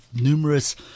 numerous